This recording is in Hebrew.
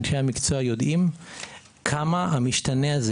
אנשי המקצוע יודעים עד כמה המשתנה הזה